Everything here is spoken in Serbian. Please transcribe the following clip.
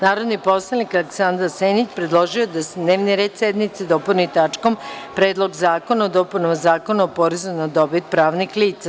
Narodni poslanik Aleksandar Senić predložio je da se dnevni red sednice dopuni tačkom – Predlog zakona o dopunama Zakona o porezu na dobit pravnih lica.